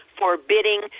forbidding